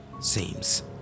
seems